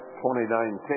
2019